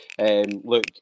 Look